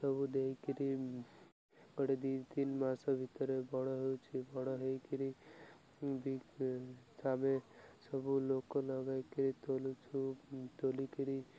ସବୁ ଦେଇ କରି ଗୋଟେ ଦୁଇ ତିନି ମାସ ଭିତରେ ବଡ଼ ହେଉଛିି ବଡ଼ ହେଇ କରି ଆମେ ସବୁ ଲୋକ ଲଗାଇ କରି ତୋଳୁଛୁ ତୋଳି କରି